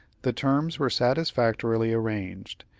the terms were satisfactorily arranged,